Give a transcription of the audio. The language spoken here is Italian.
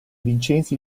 vincenzi